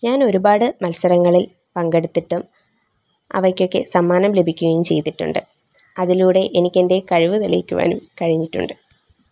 ഞാൻ ഒരുപാട് മത്സരങ്ങളിൽ പങ്കെടുത്തിട്ടും അവയ്ക്കൊക്കെ സമ്മാനം ലഭിക്കുകയും ചെയ്തിട്ടുണ്ട് അതിലൂടെ എനിക്കെൻ്റെ കഴിവ് തെളിയിക്കുവാനും കഴിഞ്ഞിട്ടുണ്ട്